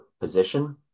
position